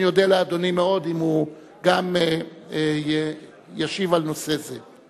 אני אודה לאדוני מאוד אם הוא גם ישיב על נושא זה.